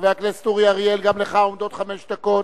חבר הכנסת אורי אריאל, גם לרשותך עומדות חמש דקות.